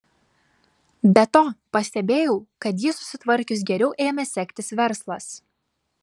be to pastebėjau kad jį susitvarkius geriau ėmė sektis verslas